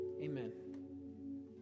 Amen